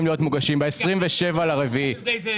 4. נו, בבקשה.